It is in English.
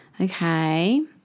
Okay